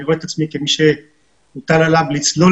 אני רואה את עצמי כמי שהוטל עליו לסלול